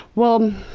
well,